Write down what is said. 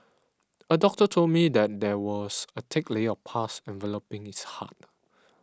a doctor told me that there was a thick layer of pus enveloping his heart